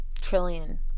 Trillion